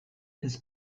his